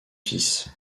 fils